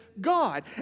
God